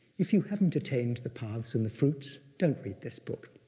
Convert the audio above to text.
if you haven't attained the paths and the fruits, don't read this book,